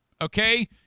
okay